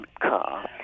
car